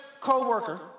co-worker